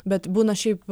bet būna šiaip